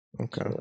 Okay